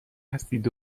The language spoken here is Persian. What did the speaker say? هستید